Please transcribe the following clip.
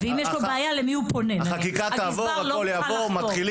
למי הוא פונה אם הגזבר לא מוכן לחתום?